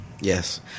Yes